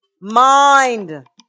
mind